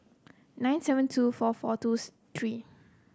nine seven two four four two three